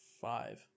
five